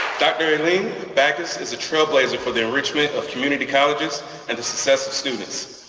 dr. eileen baccus is a trailblazer for the enrichment of community colleges and the successful students.